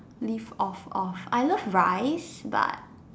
live off of I love rice but